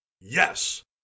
Yes